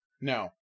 No